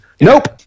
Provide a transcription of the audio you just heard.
Nope